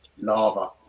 lava